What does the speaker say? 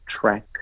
track